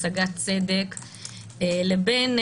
השגת צדק לבין,